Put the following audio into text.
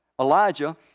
Elijah